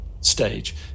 stage